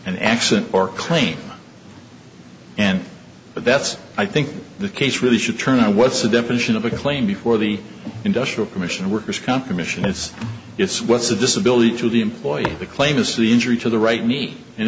an accident or claim and but that's i think the case really should turn a what's the definition of a claim before the industrial commission worker's comp commission is it's what's the disability to the employee the claim is the injury to the right knee and